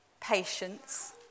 patience